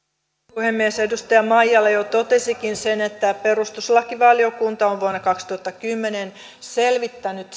puhemies edustaja maijala jo totesikin sen että perustuslakivaliokunta on vuonna kaksituhattakymmenen selvittänyt